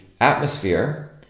atmosphere